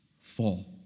fall